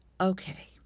Okay